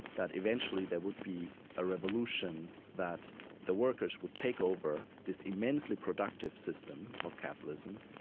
that eventually there would be a revolution that the workers would take over this immensely productive system of capitalism,